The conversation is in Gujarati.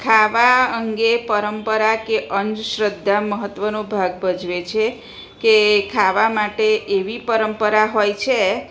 ખાવા અંગે પરંપરા કે અંધશ્રદ્ધા મહત્ત્વનો ભાગ ભજવે છે કે ખાવા માટે એવી પરંપરા હોય છે